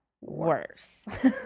worse